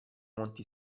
monti